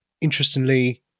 Interestingly